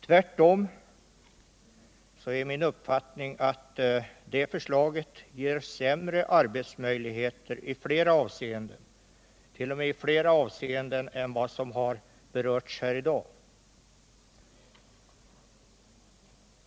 Tvärtom är det min uppfattning att det förslaget ger sämre arbetsmöjligheter, t.o.m. i flera avseenden än vad som har berörts här i dag.